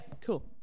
cool